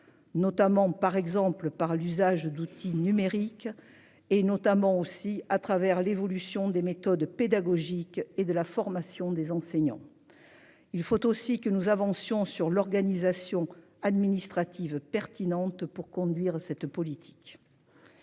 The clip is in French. notamment par exemple par l'usage d'outils numériques et notamment aussi à travers l'évolution des méthodes pédagogiques et de la formation des enseignants. Il faut aussi que nous avancions sur l'organisation administrative pertinentes pour conduire cette politique.--